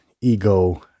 ego